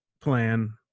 plan